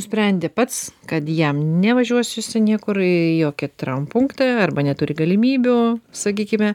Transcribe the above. nusprendė pats kad jam nevažiuos jisai niekur į jokį traumpunktą arba neturi galimybių sakykime